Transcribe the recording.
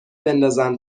بندازم